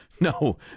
No